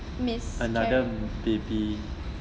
miscarry